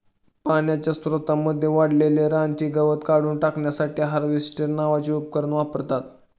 पाण्याच्या स्त्रोतांमध्ये वाढलेले रानटी गवत काढून टाकण्यासाठी हार्वेस्टर नावाचे उपकरण वापरतात